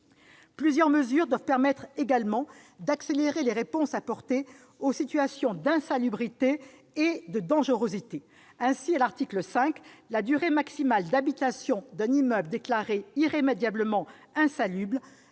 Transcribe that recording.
Plusieurs mesures doivent permettre également d'accélérer les réponses apportées aux situations d'insalubrité et de dangerosité des immeubles. Ainsi, à l'article 5, la durée maximale d'habitation d'un immeuble déclaré irrémédiablement insalubre